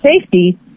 safety